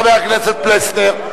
בבקשה, חבר הכנסת פלסנר.